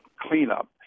cleanup